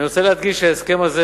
אני רוצה להדגיש שההסכם הזה,